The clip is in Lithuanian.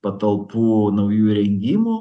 patalpų naujų įrengimų